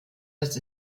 dass